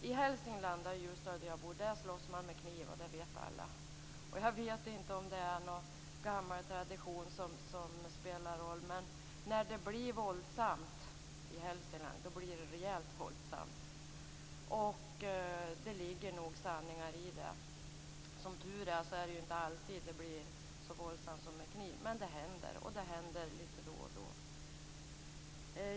I Hälsingland, där Ljusdal ligger, slåss man med kniv, och det vet alla. Jag vet inte om det är gammal tradition som spelar in, men när det blir våldsamt i Hälsingland blir det rejält våldsamt. Det ligger nog sanning i det. Som tur är blir det inte alltid så våldsamt att det blir kniv, men det händer lite då och då.